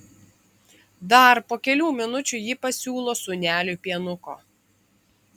dar po kelių minučių ji pasiūlo sūneliui pienuko